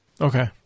Okay